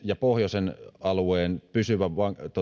ja pohjoisen alueen pysyvän